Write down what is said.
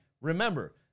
Remember